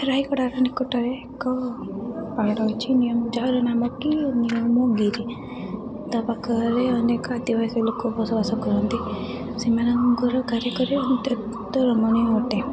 ରାୟଗଡ଼ାର ନିକଟରେ ଏକ ପାହାଡ଼ ଅଛି ନିୟମ ଯାହାର ନାମ କି ନିୟମଗିରି ତା ପାଖରେ ଅନେକ ଆଦିବାସୀ ଲୋକ ବସବାସ କରନ୍ତି ସେମାନଙ୍କର କାରିଗର ଅତ୍ୟନ୍ତ ରମଣୀୟ ଅଟେ